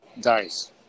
Dice